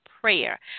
prayer